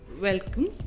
welcome